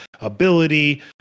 ability